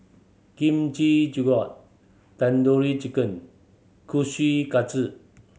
Kimchi Jjigae Tandoori Chicken